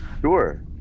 Sure